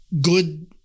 good